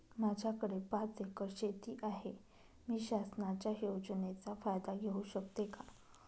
माझ्याकडे पाच एकर शेती आहे, मी शासनाच्या योजनेचा फायदा घेऊ शकते का?